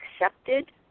accepted